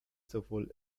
sowohl